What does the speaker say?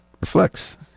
reflects